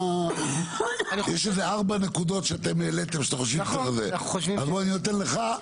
יש ארבע נקודות שאתם העליתם, אז אני נותן לך,